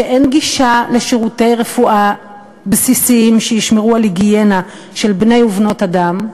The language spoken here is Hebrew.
שאין גישה לשירותי רפואה בסיסיים שישמרו על היגיינה של בני ובנות אדם.